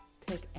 Take